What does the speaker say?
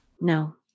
No